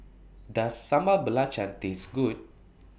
Does Sambal Belacan Taste Good